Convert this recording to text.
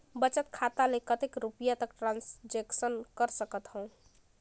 बचत खाता ले कतेक रुपिया तक ट्रांजेक्शन कर सकथव?